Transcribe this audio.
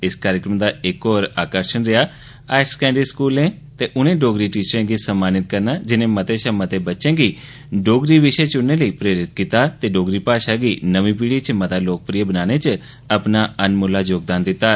इस कार्यक्रम दा इक होर आकर्शण रेहा हायर सकैंडरी स्कूलें दे उनें डोगरी टीचरें गी सम्मानत करना जिने मते शा मते बच्चें गी डोगरी विशे चुनने लेई प्रेरित कीता ते डोगरी भाशा गी नमीं पीढ़ी च मता लोक प्रिय बनाने च अपना योगदान दित्ता